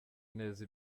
neza